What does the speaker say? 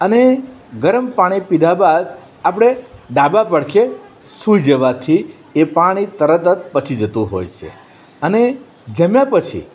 અને ગરમ પાણી પીધા બાદ આપણે ડાબા પડખે સુઈ જવાથી એ પાણી તરત જ પચી જતું હોય છે અને જમ્યા પછી